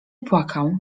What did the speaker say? płakał